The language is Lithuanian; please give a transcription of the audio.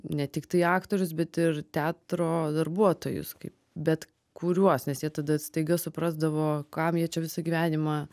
ne tiktai aktorius bet ir teatro darbuotojus kaip bet kuriuos nes jie tada staiga suprasdavo kam jie čia visą gyvenimą